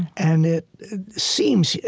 and it seems,